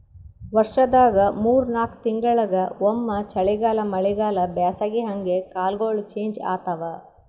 ವರ್ಷದಾಗ್ ಮೂರ್ ನಾಕ್ ತಿಂಗಳಿಂಗ್ ಒಮ್ಮ್ ಚಳಿಗಾಲ್ ಮಳಿಗಾಳ್ ಬ್ಯಾಸಗಿ ಹಂಗೆ ಕಾಲ್ಗೊಳ್ ಚೇಂಜ್ ಆತವ್